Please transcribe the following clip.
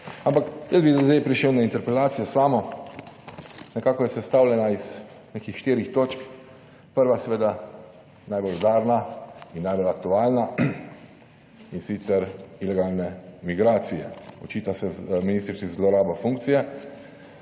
Ampak jaz bi sedaj prišel na interpelacijo samo. Nekako je sestavljena iz nekih štirih točk. Prva seveda najbolj udarna in najbolj aktualna in sicer ilegalne migracije. Očita se ministrici, zloraba funkcije,